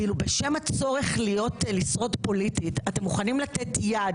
בשם הצורך לשרוד פוליטית אתם מוכנים לתת יד